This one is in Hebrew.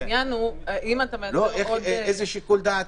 העניין הוא --- איזה שיקול דעת?